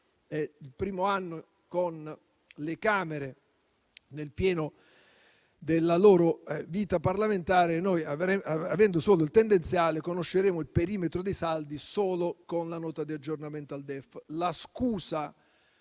il primo anno con le Camere nel pieno della loro vita parlamentare e noi, avendo solo il tendenziale, conosceremo il perimetro dei saldi solo con la nota di aggiornamento al DEF.